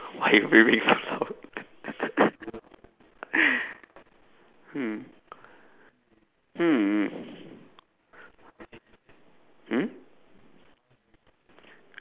why you breathing so loud